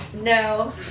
no